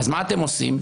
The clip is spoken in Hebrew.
אז מה אתם עושים?